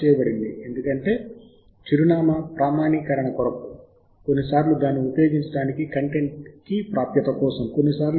అయితే ఏదైనా మీరు ప్రక్రియను ప్రారంభించడానికి ముందు మీరు నిజంగా లాగిన్ అవ్వాలి